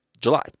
July